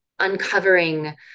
uncovering